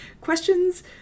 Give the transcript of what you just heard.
questions